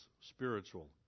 spiritual